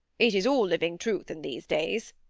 it is all living truth in these days